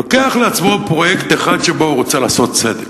לוקח לעצמו פרויקט אחד שבו הוא רוצה לעשות סדר.